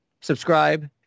subscribe